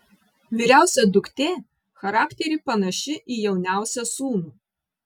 vyriausia duktė charakteriu panaši į jauniausią sūnų